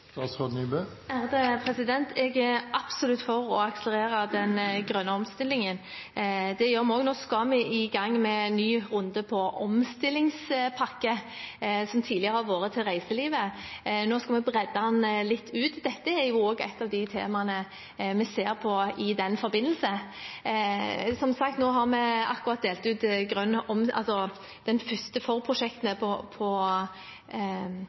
Jeg er absolutt for å akselerere den grønne omstillingen. Nå skal vi i gang med en ny runde på den omstillingspakken som tidligere har vært til reiselivet. Nå skal vi bredde den litt ut. Dette er også et av de temaene vi ser på i den forbindelse. Som sagt har vi akkurat delt ut de første forprosjektene på grønn